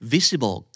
Visible